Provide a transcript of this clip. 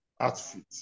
outfit